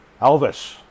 Elvis